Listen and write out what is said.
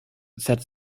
said